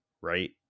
right